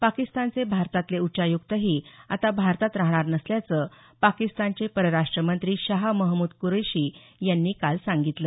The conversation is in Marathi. पाकिस्तानचे भारतातले उच्चायुक्तही आता भारतात राहणार नसल्याचं पाकिस्तानचे परराष्ट्र मंत्री शहा महमूद कुरेशी यांनी सांगितलं